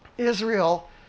Israel